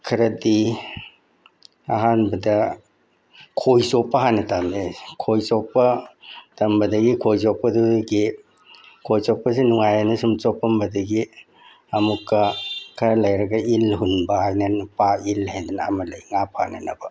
ꯈꯔꯗꯤ ꯑꯍꯥꯟꯕꯗ ꯈꯣꯏ ꯆꯣꯞꯄ ꯍꯥꯟꯅ ꯇꯝꯃꯦ ꯑꯩꯁꯦ ꯈꯣꯏ ꯆꯣꯞꯄ ꯇꯝꯕꯗꯒꯤ ꯈꯣꯏ ꯆꯣꯞꯄꯗꯨꯗꯒꯤ ꯈꯣꯏ ꯆꯣꯞꯄꯁꯤ ꯅꯨꯡꯉꯥꯏꯑꯅ ꯁꯨꯝ ꯆꯣꯞꯄꯝꯕꯗꯒꯤ ꯑꯃꯨꯛꯀ ꯈꯔ ꯂꯩꯔꯒ ꯏꯟ ꯍꯨꯟꯕ ꯍꯥꯏꯗꯅ ꯅꯨꯄꯥ ꯏꯟ ꯍꯥꯏꯗꯅ ꯑꯃ ꯂꯩ ꯉꯥ ꯐꯥꯅꯅꯕ